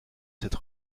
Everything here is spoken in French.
cette